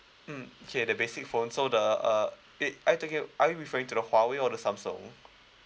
mm okay the basic phone so the uh wait are you talking are you referring to the huawei or the samsung